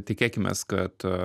tikėkimės kad